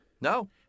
No